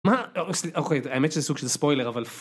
מה? אוקיי, האמת שזה סוג של ספוילר, אבל...